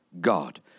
God